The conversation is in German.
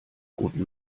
guten